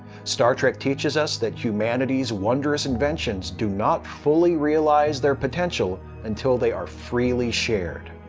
star trek teaches us that humanity's wondrous inventions do not fully realize their potential until they are freely shared.